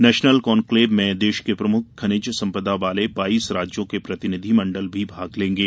national conclave में देश के प्रमुख खनिज सम्पदा वाले बाईस राज्यों के प्रतिनिधि मण्डल भी भाग लेंगे